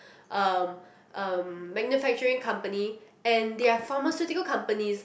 um um manufacturing company and they are pharmaceutical companies